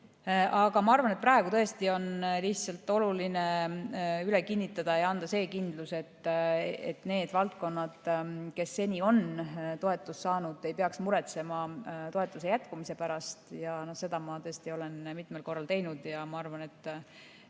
Aga ma arvan, et praegu tõesti on lihtsalt oluline üle kinnitada ja anda kindlus, et need valdkonnad, kes seni on toetust saanud, ei peaks muretsema toetuse jätkumise pärast. Seda ma tõesti olen mitmel korral teinud ja ma arvan, et